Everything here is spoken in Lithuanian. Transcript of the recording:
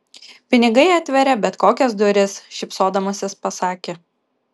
pinigai atveria bet kokias duris šypsodamasis pasakė